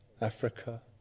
Africa